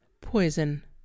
POISON